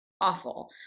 Awful